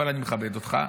אבל אני מכבד אותך.